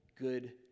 good